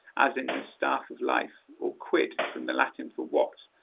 as in the staff of life or quid, from the latin for what,